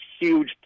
huge